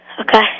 Okay